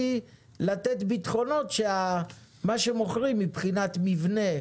לתת ביטחונות שמה שמוכרים מבחינת מבנה,